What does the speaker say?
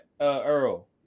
Earl